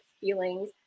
feelings